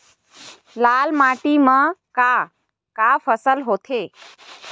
लाल माटी म का का फसल होथे?